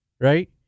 right